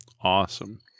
Awesome